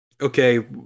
Okay